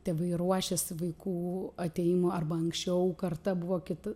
tėvai ruošiasi vaikų atėjimo arba anksčiau karta buvo kita